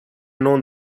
known